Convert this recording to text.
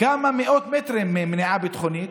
כמה מאות מטרים ממניעה ביטחונית,